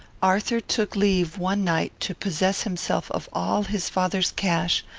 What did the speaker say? arthur took leave one night to possess himself of all his father's cash,